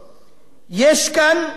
יש כאן קיצוץ,